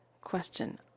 Question